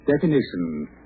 Definition